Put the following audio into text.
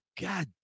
God